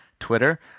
Twitter